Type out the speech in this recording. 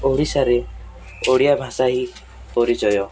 ଓଡ଼ିଶାରେ ଓଡ଼ିଆ ଭାଷା ହିଁ ପରିଚୟ